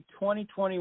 2021